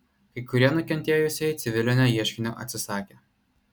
kai kurie nukentėjusieji civilinio ieškinio atsisakė